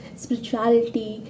spirituality